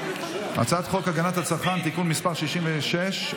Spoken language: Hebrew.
הצעת חוק הגנת הצרכן (תיקון מס' 66),